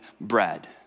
bread